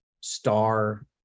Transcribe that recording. star